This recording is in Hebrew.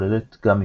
כוללת גם מפלצות,